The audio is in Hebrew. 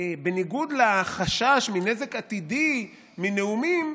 בניגוד לחשש מנזק עתידי מנאומים,